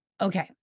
Okay